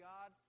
God